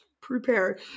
prepare